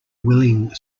willing